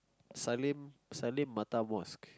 Sallim-Mattar-Mosque